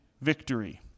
victory